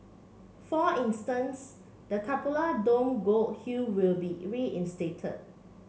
for instance the cupola dome gold hue will be reinstated